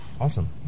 Awesome